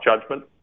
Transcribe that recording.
judgment